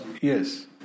Yes